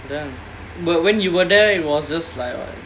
!wow! damn but when you were there it was just like what